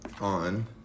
on